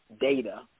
data